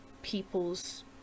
people's